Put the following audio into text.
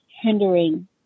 hindering